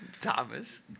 Thomas